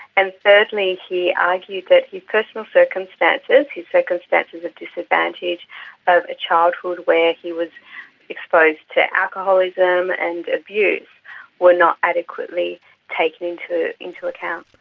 and thirdly he argued that his personal circumstances, his circumstances of disadvantage of a childhood where he was exposed to alcoholism and abuse were not adequately taken into into account.